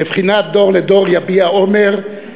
בבחינת דור לדור יביע אומר,